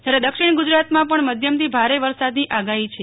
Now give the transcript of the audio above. જયારે દક્ષિણ ગજરાતમાં પણ મધ્યમથી ભાર વરસાદની આગાહી છ